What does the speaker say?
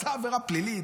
עבירה פלילית,